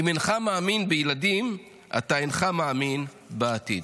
אם אינך מאמין בילדים, אתה אינך מאמין בעתיד.